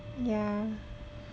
yeah